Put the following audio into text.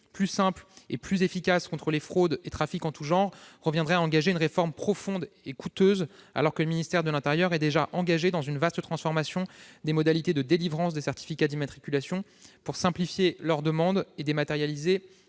plus simple et plus efficace contre les fraudes et trafics en tout genre, reviendrait à mettre en oeuvre une réforme profonde et coûteuse, alors que le ministère de l'intérieur est déjà engagé dans une vaste transformation des modalités de délivrance des certificats d'immatriculation pour simplifier leur demande et dématérialiser